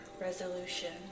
resolution